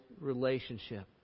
relationship